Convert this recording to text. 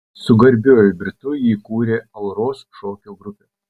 su garbiuoju britu jį kūrė auros šokio trupė